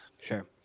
sure